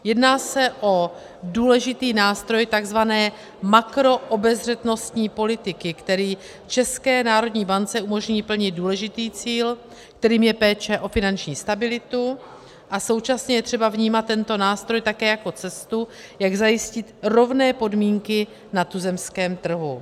Jedná se o důležitý nástroj takzvané makroobezřetnostní politiky, který České národní bance umožní plnit důležitý cíl, kterým je péče o finanční stabilitu, a současně je třeba vnímat tento nástroj také jako cestu, jak zajistit rovné podmínky na tuzemském trhu.